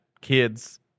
kids